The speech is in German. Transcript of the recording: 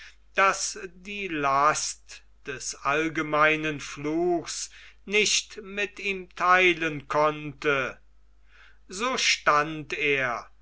das die last des allgemeinen fluchs nicht mit ihm theilen konnte so stand er